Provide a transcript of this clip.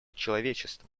человечества